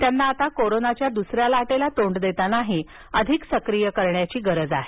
त्यांना आता कोरोनाच्या दुसऱ्या लाटेला तोंड देतानाही अधिक सक्रीय करण्याची गरज आहे